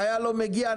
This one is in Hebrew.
חייל לא מגיע,